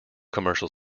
commercial